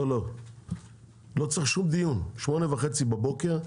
לא צריך שום דיון, ב-8:30 בבוקר.